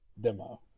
Demo